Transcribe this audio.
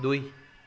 দুই